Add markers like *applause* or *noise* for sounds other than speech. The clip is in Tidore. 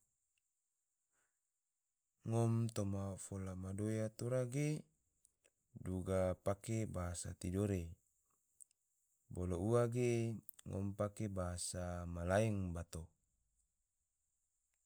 *hesitation* ngom toma fola ma doya tora ge, duga pake bahasa tidore bato bolo ua ge ngom pake bahasa malaeng bato